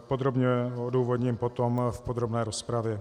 Podrobně odůvodním potom v podrobné rozpravě.